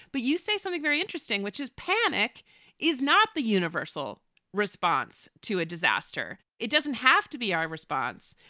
but you say something very interesting, which is panic is not the universal response to a disaster. it doesn't have to be our response.